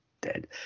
Dead